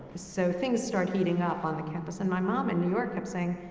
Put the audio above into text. so, things start heating up on the campus, and my mom in new york kept saying,